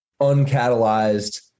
uncatalyzed